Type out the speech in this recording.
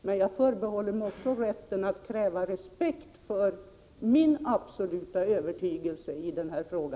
Men jag förbehåller mig rätten att kräva respekt för min absoluta övertygelse i denna fråga.